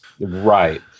Right